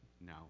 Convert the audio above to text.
No